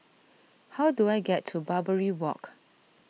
how do I get to Barbary Walk